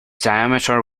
diameter